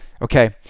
Okay